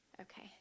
Okay